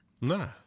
Nah